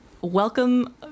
Welcome